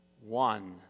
One